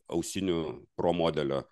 ausinių pro modelio